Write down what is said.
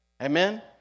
Amen